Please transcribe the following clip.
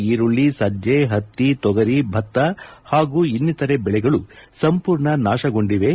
ಈರುಳ್ಳಿ ಸಜ್ಜೆ ಹತ್ತಿ ತೊಗರಿ ಭತ್ತ ಹಾಗೂ ಇನ್ನಿತರ ಬೆಳೆಗಳು ಸಂಪೂರ್ಣ ನಾಶಗೊಂಡಿವೆ